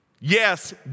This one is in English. Yes